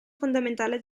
fondamentale